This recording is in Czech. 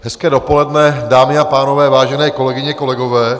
Hezké dopoledne, dámy a pánové, vážené kolegyně a kolegové.